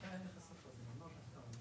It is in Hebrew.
אתה לא רוצה להגיד משהו על החקלאות?